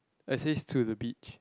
exits to the beach